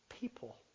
people